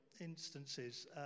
instances